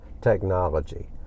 technology